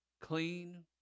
Clean